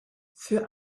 für